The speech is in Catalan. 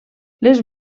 les